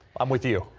i'm with you.